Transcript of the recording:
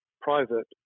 private